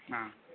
ஆ